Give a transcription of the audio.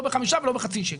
לא בחמישה ולא בחצי שקל.